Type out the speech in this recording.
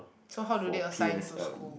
so how do they assigning to school